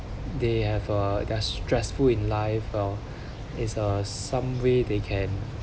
they have uh they're stressful in life uh it's uh some way they can